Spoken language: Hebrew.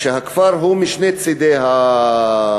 הכפר הוא משני צדי הכביש,